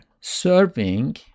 serving